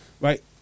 right